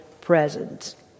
presence